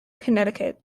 connecticut